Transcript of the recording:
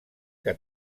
que